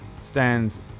stands